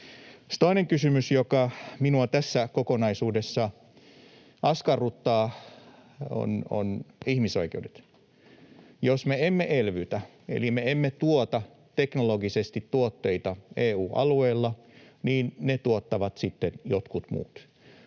toinen kysymys, joka minua tässä kokonaisuudessa askarruttaa, on ihmisoikeudet. Jos me emme elvytä eli me emme tuota teknologisesti tuotteita EU-alueella, niin ne tuottavat sitten jotkut muut.